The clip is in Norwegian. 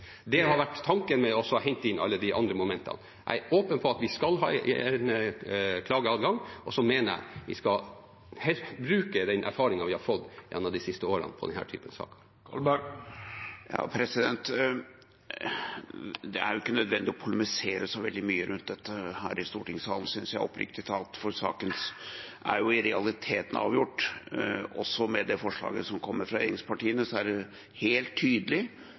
Det har vært tanken med å hente inn alle de andre momentene. Jeg er åpen på at vi skal ha en klageadgang, og så mener jeg vi skal bruke den erfaringen vi har fått gjennom de siste årene når det gjelder denne typen saker. Det er ikke nødvendig å polemisere så veldig mye rundt dette her i stortingssalen, synes jeg oppriktig talt, for saken er i realiteten avgjort. Også med det forslaget som kommer fra regjeringspartiene, er det helt tydelig